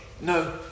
No